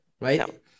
right